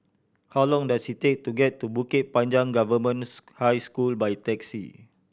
how long does it take to get to Bukit Panjang Government High School by taxi